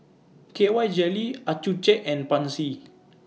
K Y Jelly Accucheck and Pansy